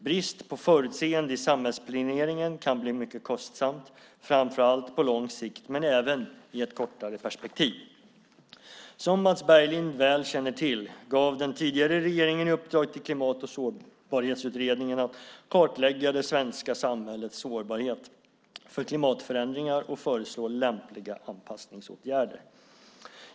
Brist på förutseende i samhällsplaneringen kan bli mycket kostsamt, framför allt på lång sikt men även i ett kortare perspektiv. Som Mats Berglind väl känner till gav den tidigare regeringen i uppdrag till Klimat och sårbarhetsutredningen att kartlägga det svenska samhällets sårbarhet för klimatförändringar och föreslå lämpliga anpassningsåtgärder.